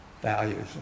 Values